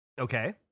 Okay